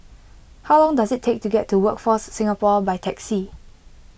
how long does it take to get to Workforce Singapore by taxi